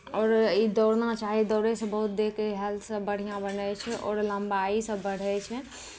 आओर ई दौड़ना चाही दौड़यसँ बहुत देहके हेल्थसभ बढ़िआँ बढ़ै छै आओर लम्बाइ सभ बढ़ै छै